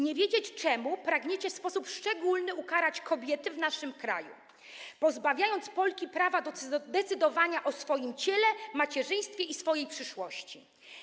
Nie wiedzieć czemu, pragniecie w sposób szczególny ukarać kobiety w naszym kraju, pozbawiając Polki prawa do decydowania o swoim ciele, macierzyństwie i przyszłości.